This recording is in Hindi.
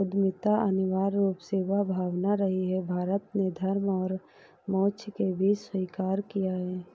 उद्यमिता अनिवार्य रूप से वह भावना रही है, भारत ने धर्म और मोक्ष के बीच स्वीकार किया है